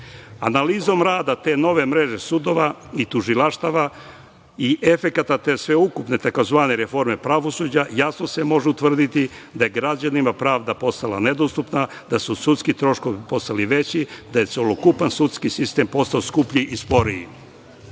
rada te nove mreže sudova i tužilaštava i efekata sveukupne tzv. reforme pravosuđa jasno se može utvrditi da je građanima pravda postala nedostupna, da su sudski troškovi postali veći, da je celokupan sudski sistem postao skuplji i sporiji. Da